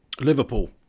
Liverpool